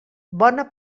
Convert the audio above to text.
bona